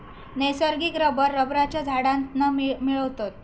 नैसर्गिक रबर रबरच्या झाडांतना मिळवतत